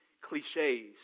cliches